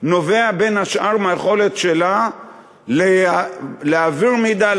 נובע בין השאר מהיכולת שלה להעביר מידע,